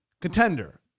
Contender